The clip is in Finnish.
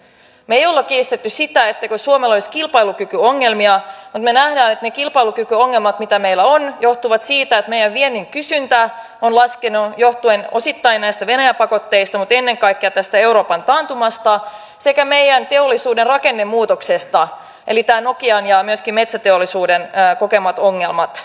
me emme ole kiistäneet sitä etteikö suomella olisi kilpailukykyongelmia mutta me näemme että kilpailukykyongelmat mitä meillä on johtuvat siitä että meidän vientimme kysyntä on laskenut johtuen osittain venäjä pakotteista mutta ennen kaikkea euroopan taantumasta sekä meidän teollisuuden rakennemuutoksesta eli nokian ja myöskin metsäteollisuuden kokemista ongelmista